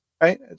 right